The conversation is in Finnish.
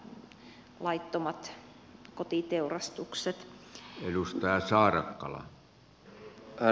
herra puhemies